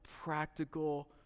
practical